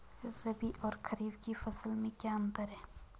रबी और खरीफ की फसल में क्या अंतर है?